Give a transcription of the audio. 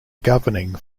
governing